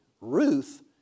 Ruth